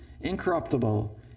incorruptible